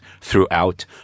throughout